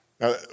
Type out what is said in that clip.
Now